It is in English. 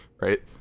right